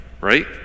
right